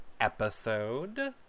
episode